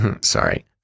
Sorry